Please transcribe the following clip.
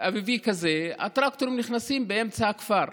אביבי כזה, הטרקטורים נכנסים לאמצע הכפר.